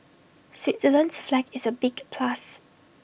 Switzerland's flag is A big plus